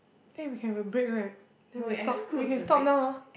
eh we can have break right then we stop we can stop now ah